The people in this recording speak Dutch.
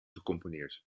gecomponeerd